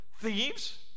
thieves